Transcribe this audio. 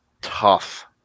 tough